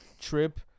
trip